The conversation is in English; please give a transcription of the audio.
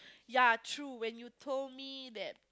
yeah true when you told me that